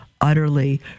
utterly